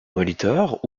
molitor